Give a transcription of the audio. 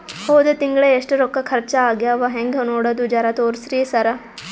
ಹೊದ ತಿಂಗಳ ಎಷ್ಟ ರೊಕ್ಕ ಖರ್ಚಾ ಆಗ್ಯಾವ ಹೆಂಗ ನೋಡದು ಜರಾ ತೋರ್ಸಿ ಸರಾ?